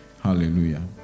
hallelujah